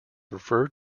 referred